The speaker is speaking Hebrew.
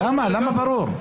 למה ברור?